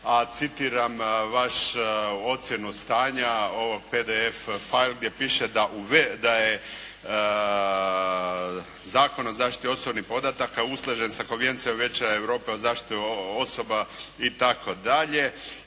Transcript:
citiram vašu ocjenu stanja ovog PDF File gdje piše da je Zakon o zaštiti osobnih podataka usklađen sa Konvencijom Vijeća Europe o zaštiti osoba itd.